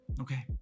Okay